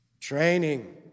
Training